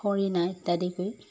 হৰিণা ইত্যাদি কৰি